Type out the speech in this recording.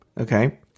Okay